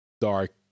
dark